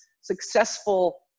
successful